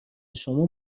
شما